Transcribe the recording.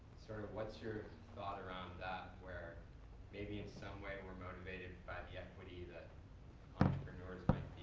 sort of what's your thought around that, where maybe in some way, we're motivated by the equity that entrepreneurs might